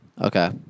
okay